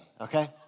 okay